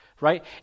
right